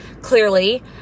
clearly